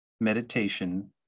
meditation